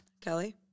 kelly